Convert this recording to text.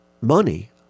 money